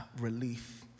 relief